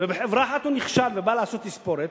ובחברה אחת הוא נכשל ובא לעשות תספורת,